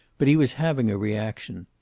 but he was having a reaction.